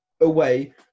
away